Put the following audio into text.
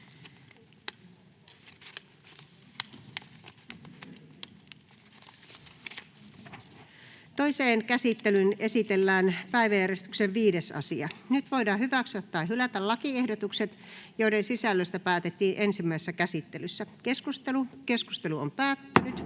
Toiseen käsittelyyn esitellään päiväjärjestyksen 6. asia. Nyt voidaan hyväksyä tai hylätä lakiehdotus, jonka sisällöstä päätettiin ensimmäisessä käsittelyssä. — Keskustelu, edustaja